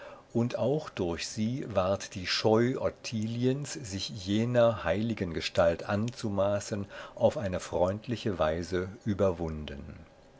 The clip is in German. und auch durch sie ward die scheu ottiliens sich jener heiligen gestalt anzumaßen auf eine freundliche weise überwunden